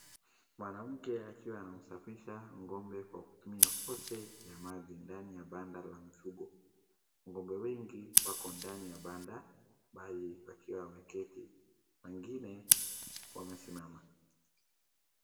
Mwanamke akiwa anamsafisha ngo'mbe kwa kutumia hose ya maji ndani ya banda la mfugo. Ngo'mbe wengi wako ndani ya banda baadhi wakiwa wameketi, wengine wamesimama.